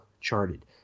charted